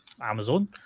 Amazon